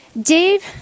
dave